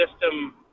system